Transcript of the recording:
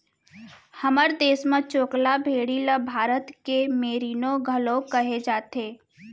हमर देस म चोकला भेड़ी ल भारत के मेरीनो घलौक कहे जाथे